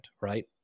right